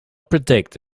predict